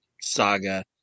saga